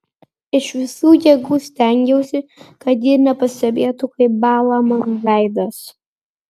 iš visų jėgų stengiausi kad ji nepastebėtų kaip bąla mano veidas